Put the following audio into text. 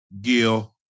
Gil